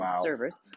servers